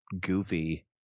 goofy